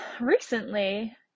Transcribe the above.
recently